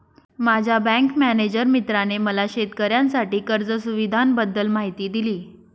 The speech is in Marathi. माझ्या बँक मॅनेजर मित्राने मला शेतकऱ्यांसाठी कर्ज सुविधांबद्दल माहिती दिली